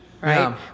Right